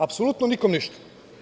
Apsolutno nikom ništa.